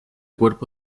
cuerpo